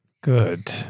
Good